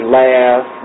laugh